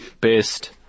best